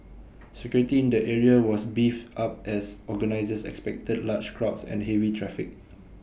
security in the area was beefed up as organisers expected large crowds and heavy traffic